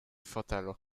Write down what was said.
fotelu